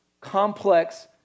complex